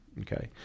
okay